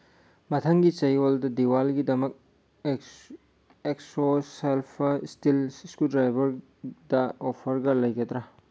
ꯃꯊꯪꯒꯤ ꯆꯌꯣꯜꯗ ꯗꯤꯋꯥꯂꯤꯒꯤꯗꯃꯛ ꯑꯦꯛꯁꯣ ꯁꯜꯐꯔ ꯏꯁꯇꯤꯜ ꯏꯁꯀꯨꯗꯥꯏꯕꯔꯗ ꯑꯣꯐꯔꯒ ꯂꯩꯒꯗ꯭ꯔꯥ